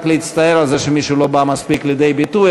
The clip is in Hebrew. להצטער על זה שמישהו לא בא מספיק לידי ביטוי,